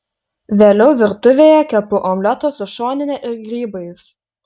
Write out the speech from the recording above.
vėliau virtuvėje kepu omletą su šonine ir grybais